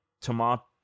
Tomato